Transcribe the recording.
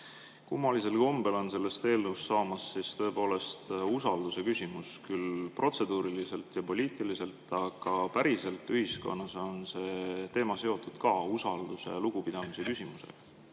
Kummalisel kombel on sellest eelnõust saamas tõepoolest usalduse küsimus – küll protseduuriliselt ja poliitiliselt, aga päriselt ühiskonnas on see teema seotud ka usalduse ja lugupidamise küsimusega.